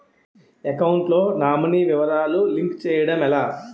Account లో nominee వివరాలు link చేయటం ఎలా?